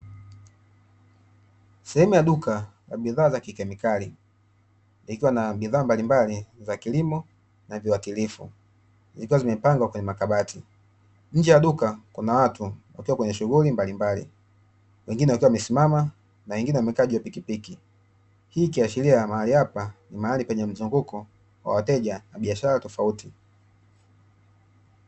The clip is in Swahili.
Sehemu ya duka la bidhaa za kikemikali, likiwa na bidhaa mbalimbali za kilimo na viwatilifu, zikiwa zimepangwa kwenye makabati. Nje ya duka kuna watu wakiwa kwenye shughuli mbalimbali, wengine wakiwa wamesimama na wengine wamekaa juu ya pikipiki. Hii ikiashiria mahali hapa ni mahali penye mzunguko wa wateja na biashara tofauti.